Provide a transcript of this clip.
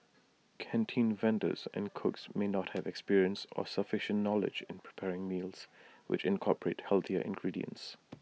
canteen vendors and cooks may not have experience or sufficient knowledge in preparing meals which incorporate healthier ingredients